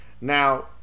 Now